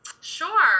Sure